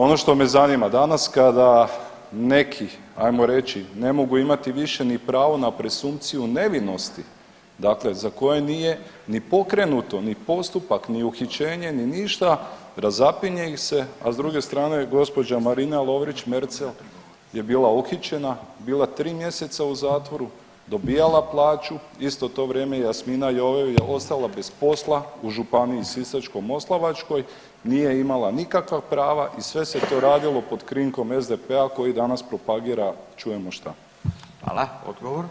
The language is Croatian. Ono što me zanima, danas kada neki ajmo reći ne mogu imati više ni pravo na presumpciju nevinosti, dakle za koje nije ni pokrenuto ni postupak, ni uhićenje, ni ništa razapinje ih se, a s druge strane gospođa Marina Lovrić Merzel je uhićena bila tri mjeseca u zatvoru, dobijala plaću isto to vrijeme Jasmina Jovev je ostala bez posla u Županiji Sisačko-moslavačkoj nije imala nikakva prava i sve se to radilo pod krinkom SDP-a koji danas propagira čujemo šta.